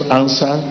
answer